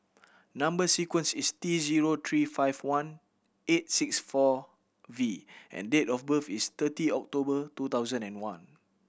number sequence is T zero three five one eight six four V and date of birth is thirty October two thousand and one